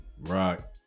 rock